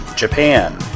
Japan